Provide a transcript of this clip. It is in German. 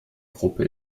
gruppe